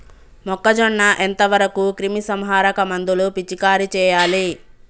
మొక్కజొన్న ఎంత వరకు క్రిమిసంహారక మందులు పిచికారీ చేయాలి?